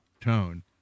tone